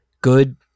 good